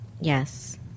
Yes